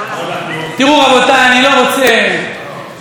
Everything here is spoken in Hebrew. אני לא רוצה לחזור על דברים שנאמרו בהקשר של ראש